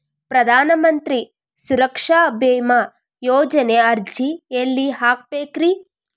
ಪ್ರಧಾನ ಮಂತ್ರಿ ಸುರಕ್ಷಾ ಭೇಮಾ ಯೋಜನೆ ಅರ್ಜಿ ಎಲ್ಲಿ ಹಾಕಬೇಕ್ರಿ?